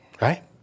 right